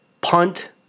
punt